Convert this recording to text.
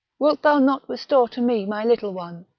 wilt thou not restore to me my little one?